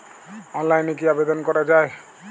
অনলাইনে কি আবেদন করা য়ায়?